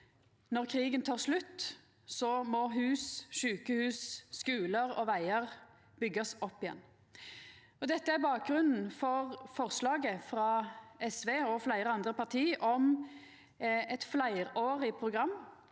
Når krigen tek slutt, må hus, sjukehus, skular og vegar byggjast opp igjen. Dette er bakgrunnen for forslaget frå SV og fleire andre parti om eit fleirårig program